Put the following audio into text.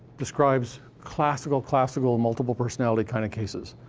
describes classical, classical multiple personality kind of cases.